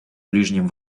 ближнем